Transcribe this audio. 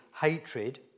hatred